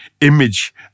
image